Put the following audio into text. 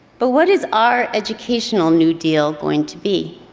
but what is our educational new deal going to be?